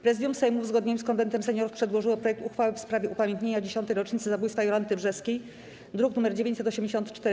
Prezydium Sejmu, w uzgodnieniu z Konwentem Seniorów, przedłożyło projekt uchwały w sprawie upamiętnienia 10. rocznicy zabójstwa Jolanty Brzeskiej, druk nr 984.